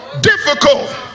difficult